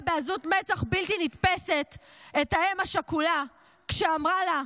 בעזות מצח בלתי נתפסת את האם השכולה כשאמרה לה: